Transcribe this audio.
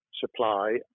supply